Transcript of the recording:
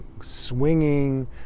swinging